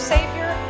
Savior